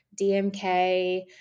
DMK